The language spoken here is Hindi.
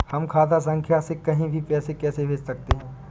हम खाता संख्या से कहीं भी पैसे कैसे भेज सकते हैं?